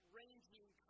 ranging